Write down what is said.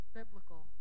biblical